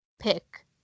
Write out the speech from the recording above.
pick